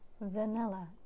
Vanilla